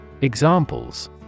Examples